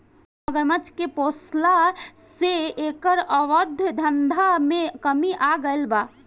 मगरमच्छ के पोसला से एकर अवैध धंधा में कमी आगईल बा